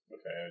Okay